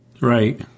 Right